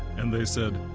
and they said,